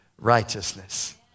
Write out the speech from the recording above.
righteousness